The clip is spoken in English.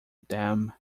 them